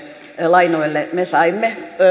lainoille me saimme